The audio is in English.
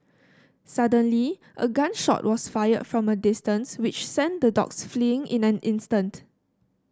suddenly a gun shot was fired from a distance which sent the dogs fleeing in an instant